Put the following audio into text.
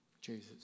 Jesus